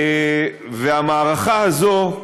והמערכה הזאת,